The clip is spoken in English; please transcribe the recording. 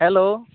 hello